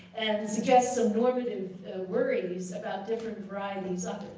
and suggest some normative worries about different varieties of